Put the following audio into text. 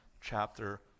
chapter